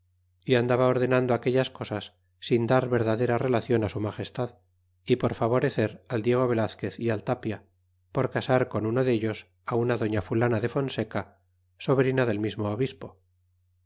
y andaba ordenando aquellas cosas sin dar verdadera relaclon su magestad y por favorecer al diego velazquez y al tapia por casar con uno dellos una doña fulana de fonseca sobrina del mismo obispo